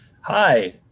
Hi